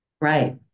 Right